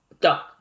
duck